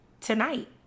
tonight